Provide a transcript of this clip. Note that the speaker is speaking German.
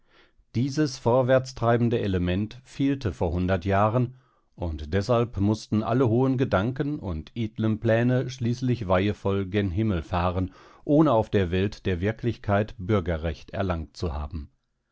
dieses vorwärtstreibende element fehlte vor hundert jahren und deshalb mußten alle hohen gedanken und edlen pläne schließlich weihevoll gen himmel fahren ohne auf der welt der wirklichkeit bürgerrecht erlangt zu haben